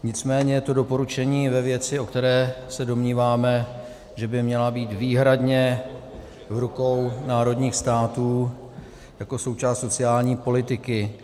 Nicméně je to doporučení ve věci, o které se domníváme, že by měla být výhradně v rukou národních států jako součást sociální politiky.